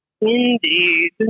Indeed